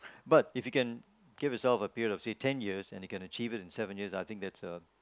but if you can give yourself a period of say ten years and you can achieve it in seven years I think that's a